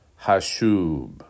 Hashub